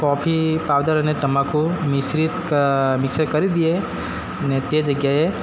coffee powder અને તમાકુ મિશ્રિત મિક્સર કરી દઈએ અને તે જગ્યાએ